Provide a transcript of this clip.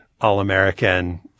all-American